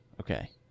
Okay